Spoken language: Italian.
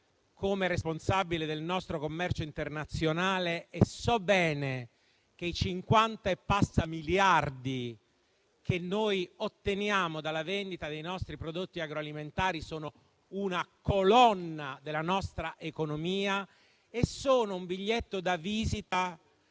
come responsabile del nostro commercio internazionale e so bene che gli oltre 50 miliardi che otteniamo dalla vendita dei nostri prodotti agroalimentari sono una colonna della nostra economia e un biglietto da visita